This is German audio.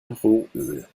rohöl